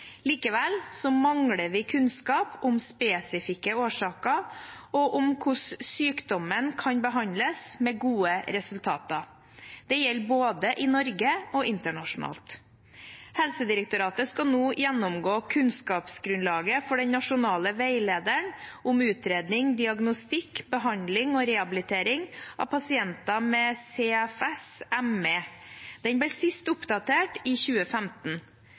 Likevel mangler vi kunnskap om spesifikke årsaker og om hvordan sykdommen kan behandles med gode resultater. Det gjelder både i Norge og internasjonalt. Helsedirektoratet skal nå gjennomgå kunnskapsgrunnlaget for den nasjonale veilederen om utredning, diagnostikk, behandling og rehabilitering av pasienter med CFS/ME. Den ble sist oppdatert i 2015.